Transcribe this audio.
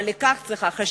אבל לשם כך צריך חשיבה,